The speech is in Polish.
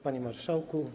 Panie Marszałku!